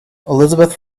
elizabeth